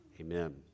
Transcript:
Amen